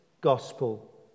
gospel